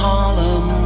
Harlem